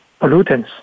pollutants